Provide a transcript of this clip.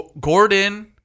Gordon